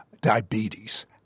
diabetes